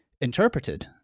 interpreted